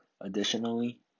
Additionally